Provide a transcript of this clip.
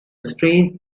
strange